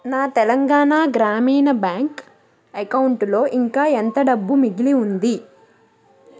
నా తెలంగాణ గ్రామీణ బ్యాంక్ అకౌంటులో ఇంకా ఎంత డబ్బు మిగిలి ఉంది